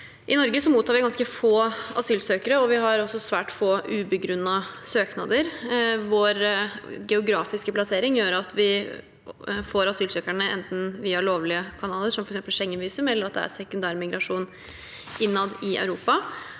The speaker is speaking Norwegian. I Norge mottar vi ganske få asylsøkere, og vi har også svært få ubegrunnede søknader. Vår geografiske plassering gjør at vi får asylsøkerne enten via lovlige kanaler, som f.eks. Schengen-visum, eller at det er sekundær migrasjon innad i Europa.